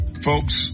folks